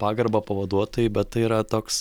pagarba pavaduotojai bet yra toks